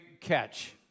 catch